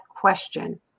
question